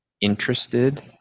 interested